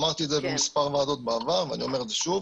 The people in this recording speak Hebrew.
אמרתי את זה במספר ועדות בעבר ואוני אומר את זה שוב: